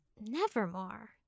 Nevermore